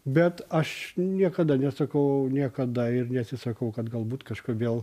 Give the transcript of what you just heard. bet aš niekada nesakau niekada ir neatsisakau kad galbūt kažkur vėl